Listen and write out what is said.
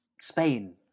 Spain